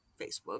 Facebook